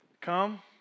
come